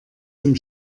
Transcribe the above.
zum